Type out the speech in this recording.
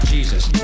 Jesus